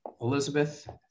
Elizabeth